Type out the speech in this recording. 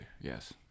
Yes